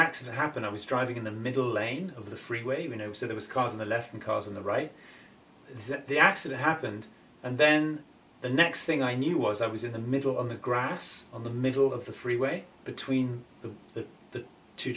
accident happened i was driving in the middle lane of the freeway you know so that was causing the left in cars on the right that the accident happened and then the next thing i knew was i was in the middle of the grass on the middle of the freeway between the t